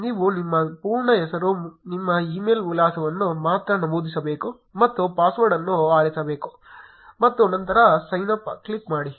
ನೀವು ನಿಮ್ಮ ಪೂರ್ಣ ಹೆಸರು ನಿಮ್ಮ ಇಮೇಲ್ ವಿಳಾಸವನ್ನು ಮಾತ್ರ ನಮೂದಿಸಬೇಕು ಮತ್ತು ಪಾಸ್ವರ್ಡ್ ಅನ್ನು ಆರಿಸಬೇಕು ಮತ್ತು ನಂತರ ಸೈನ್ ಅಪ್ ಕ್ಲಿಕ್ ಮಾಡಿ